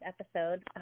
episode